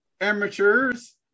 amateurs